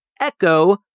Echo